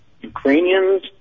Ukrainians